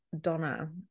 Donna